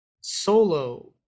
solo